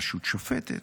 רשות שופטת,